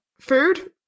Food